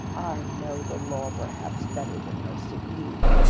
i know the law perhaps better than most of you.